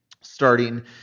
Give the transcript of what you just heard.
starting